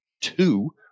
two